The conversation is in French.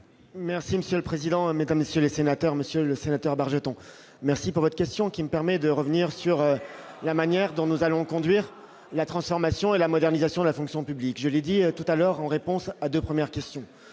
Merci monsieur le président, Mesdames, messieurs les sénateurs, Monsieur le Sénateur, Bargeton, merci pour votre question qui me permet de revenir sur la manière dont nous allons conduire la transformation et la modernisation de la fonction publique, je l'ai dit tout à l'heure, en réponse à de premières questions,